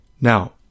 now